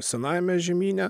senajame žemyne